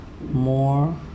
more